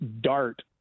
dart